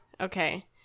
Okay